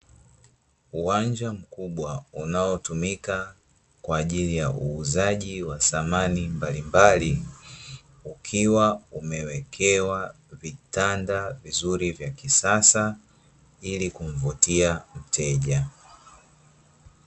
Uwanja mkubwa unaotumika kwa ajili ya uuzaji wa samani mbalimbali, ukiwa umewekewa vitanda vizuri vya kisasa, ili kumvutia mteja.